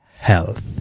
Health